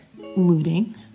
looting